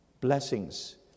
Blessings